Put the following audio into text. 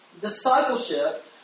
Discipleship